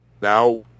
Now